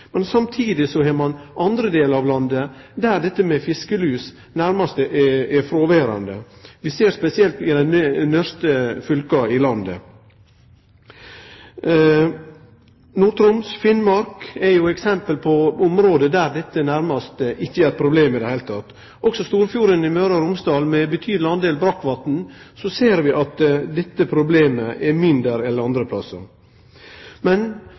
men samtidig har ein andre delar av landet der dette med fiskelus nærast er fråverande. Vi ser det spesielt i dei nørdste fylka i landet. Nord-Troms og Finnmark er eksempel på område der dette nærast ikkje er eit problem i det heile. Også i Storfjorden i Møre og Romsdal – med ein betydeleg del brakkvatn – ser vi at dette problemet er mindre enn det er andre plassar. Men